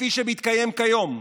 כפי שמתקיים כיום,